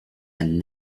and